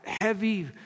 heavy